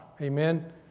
amen